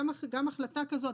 גם החלטה הזאת,